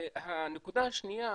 הנקודה השנייה